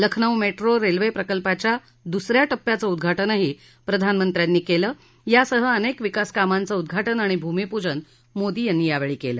Lucknow metro railway प्रकल्पाच्या दुस या टप्प्याचं उद्घाटनही प्रधानमंत्र्यांनी केलं यासह अनेक विकास कामांचं उद्घाटन आणि भूमीपूजन मोदी यांनी यावेळी केलं